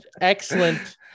excellent